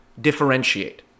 differentiate